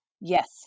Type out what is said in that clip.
Yes